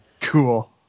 Cool